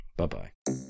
bye-bye